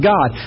God